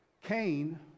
Cain